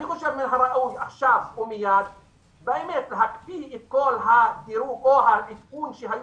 מן הראוי שעכשיו ומייד יקפיאו את כל הדירוג או העדכון שהיו